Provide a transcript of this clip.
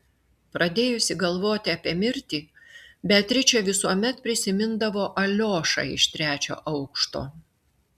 pradėjusi galvoti apie mirtį beatričė visuomet prisimindavo aliošą iš trečio aukšto